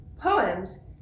Poems